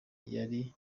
yari